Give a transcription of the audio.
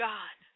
God